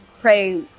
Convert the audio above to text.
pray